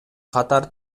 катар